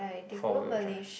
four wheel drive